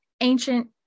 ancient